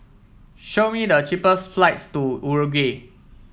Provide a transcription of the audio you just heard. show me the cheapest flights to Uruguay